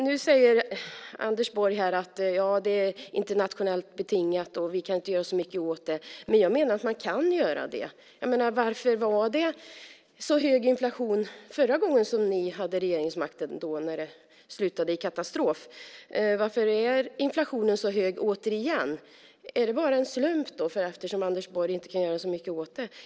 Nu säger Anders Borg att det är internationellt betingat och att vi inte kan göra så mycket åt det, men jag menar att man kan det. Varför var det så hög inflation förra gången ni innehade regeringsmakten? Då slutade det i katastrof. Varför är inflationen återigen så hög? Är det bara en slump, eftersom Anders Borg inte kan göra så mycket åt det?